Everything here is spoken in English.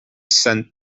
sent